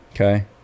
Okay